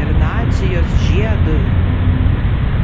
ir nacijos žiedui